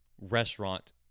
restaurant